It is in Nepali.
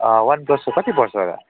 वन प्लसको कति पर्छ होला